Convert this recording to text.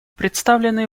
представленный